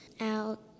out